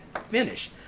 finish